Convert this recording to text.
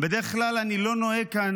בדרך כלל אני לא נוהג כאן,